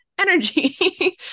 energy